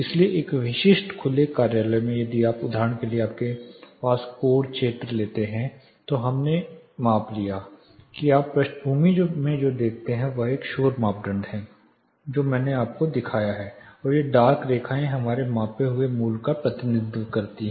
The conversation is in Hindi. इसलिए एक विशिष्ट खुले कार्यालय में यदि आप उदाहरण के लिए आपके पास कोर क्षेत्र लेते हैं तो दो बार हमने माप लिया है कि आप पृष्ठभूमि में जो देखते हैं वह एक शोर मापदंड है जो मैंने आपको दिखाया है और ये डार्क रेखाएँ हमारे मापे पर हुए मूल्य का प्रतिनिधित्व करते हैं